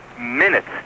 minutes